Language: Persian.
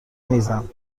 میزم